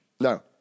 No